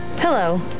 Hello